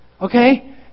Okay